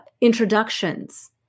introductions